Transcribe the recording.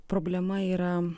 problema yra